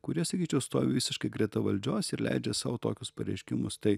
kurie sakyčiau stovi visiškai greta valdžios ir leidžia sau tokius pareiškimus tai